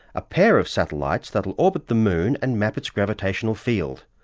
a pair of satellites that'll orbit the moon and map its gravitational field,